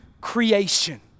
creation